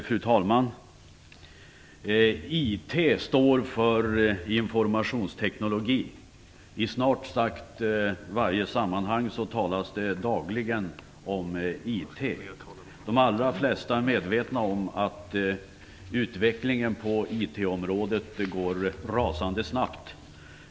Fru talman! IT står för informationsteknik. I snart sagt varje sammanhang talas det dagligen om IT. De allra flesta är medvetna om att utvecklingen på IT området går rasande snabbt.